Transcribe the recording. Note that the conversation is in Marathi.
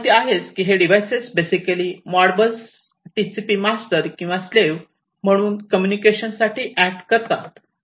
तुम्हाला माहिती आहेच की हे devices basically Modbus TCP master किंवा स्लेव्ह म्हणून कम्युनिकेशन साठी ऍक्ट करतात